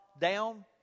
Down